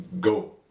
go